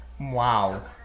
Wow